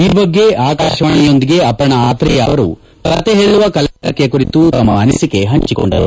ಈ ಬಗ್ಗೆ ಆಕಾಶವಾಣಿಯೊಂದಿಗೆ ಅಪರ್ಣಾ ಆತ್ರೇಯ ಅವರು ಕಥೆ ಹೇಳುವ ಕಲೆಗಾರಿಕೆ ಕುರಿತು ತಮ್ಮ ಅನಿಸಿಕೆ ಹಂಚಿಕೊಂಡರು